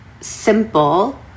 simple